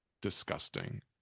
disgusting